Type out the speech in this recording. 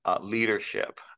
leadership